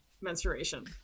menstruation